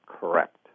correct